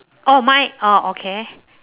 oh mine oh okay